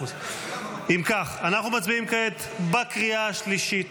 אם כך, אנחנו מצביעים כעת בקריאה השלישית